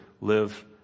live